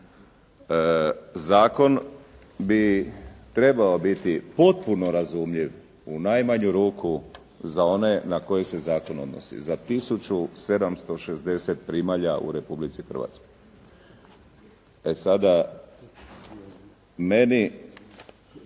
Zakon bi trebao biti potpuno razumljiv u najmanju ruku za one na koje se zakon odnosi, za 1760 primalja u Republici Hrvatskoj. E sada meni